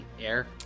air